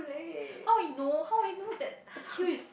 how I know how I know that queue is